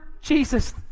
Jesus